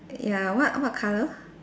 ya what what colour